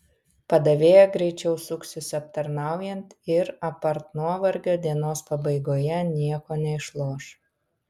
padavėja greičiau suksis aptarnaujant ir apart nuovargio dienos pabaigoje nieko neišloš